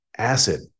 acid